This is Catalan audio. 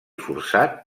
forçat